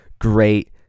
great